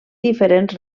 diferents